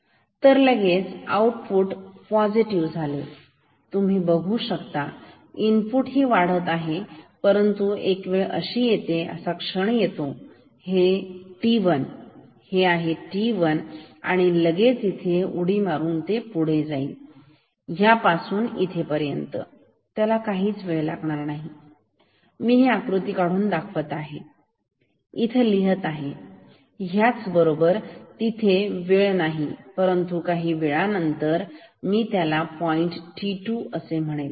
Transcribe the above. तर लगेच आऊटपूट त्याच क्षणी पॉझिटिव्ह झाले आणि तुम्ही बघू शकता इनपुट ही वाढत आहे परंतु एक अशी वेळ येते असा क्षण येतो हे t1 हे t1 आहे ही आहे लगेच उडी मारून पुढे जाईल ह्या पासून इथे पर्यंत त्याला काहीच वेळ लागणार नाही मी हे आकृती काढून दाखवत आहे इथे लिहत आहे ह्याच बरोबर तिथे वेळ नाही परंतु काही वेळानंतर मी त्याला पॉईंट t2 असे म्हणतो